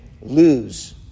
lose